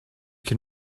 can